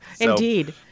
Indeed